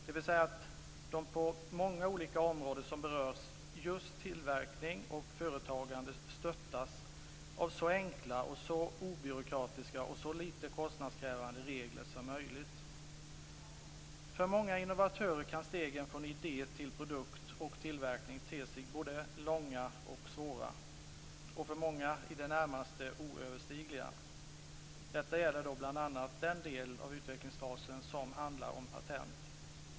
Det innebär att de på många olika områden som berör just tillverkning och företagande bör stöttas av så enkla, så obyråkratiska och så lite kostnadskrävande regler som möjligt. För många innovatörer kan stegen från idé till produkt och tillverkning te sig både långa och svåra, för många i det närmaste oöverstigliga. Detta gäller bl.a. den del av utvecklingsfasen som handlar om patent.